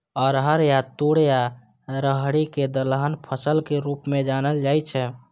अरहर या तूर या राहरि कें दलहन फसल के रूप मे जानल जाइ छै